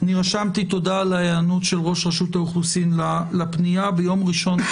אני רשמתי תודה להיענות של ראש רשות האוכלוסין לפנייה ביום ראשון.